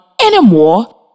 anymore